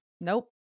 nope